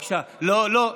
לא, לא.